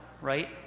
right